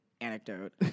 anecdote